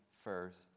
first